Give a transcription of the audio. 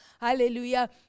hallelujah